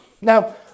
Now